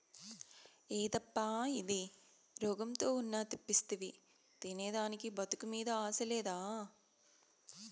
యేదప్పా ఇది, రోగంతో ఉన్న తెప్పిస్తివి తినేదానికి బతుకు మీద ఆశ లేదా